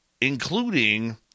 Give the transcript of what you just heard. Including